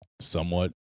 somewhat